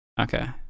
okay